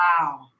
wow